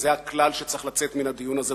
וזה הכלל שצריך לצאת מן הדיון הזה,